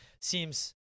seems